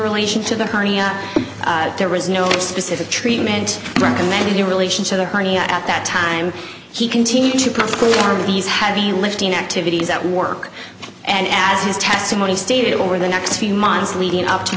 relation to the honey up there was no specific treatment recommended a relation to the hernia at that time he continued to perform these heavy lifting activities at work and as his testimony stated over the next few months leading up to